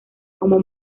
como